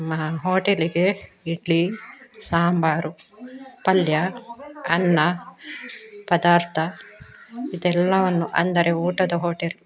ಮಾ ಹೋಟೆಲಿಗೆ ಇಡ್ಲಿ ಸಾಂಬಾರು ಪಲ್ಯ ಅನ್ನ ಪದಾರ್ಥ ಇದೆಲ್ಲವನ್ನು ಅಂದರೆ ಊಟದ ಹೋಟೆಲ್